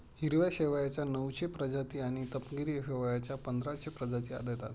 हिरव्या शेवाळाच्या नऊशे प्रजाती आणि तपकिरी शेवाळाच्या पंधराशे प्रजाती आढळतात